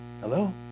Hello